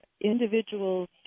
individuals